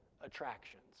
attractions